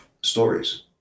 stories